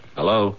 Hello